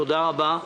תודה רבה.